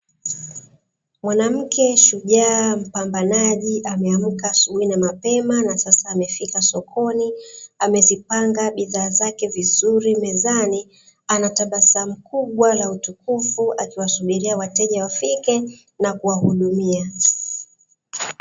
Mwanamke shujaa mpambanaji ameamka asubuhi na mapema, na sasa amefika sokoni. Amezipanga bidhaa zake vizuri mezani, ana tabasamu kubwa la utukufu; akiwasubiria wateja wafike na kuwahudumia.